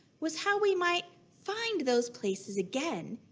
was how we might find those places again,